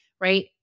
Right